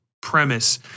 Premise